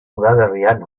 udaberrian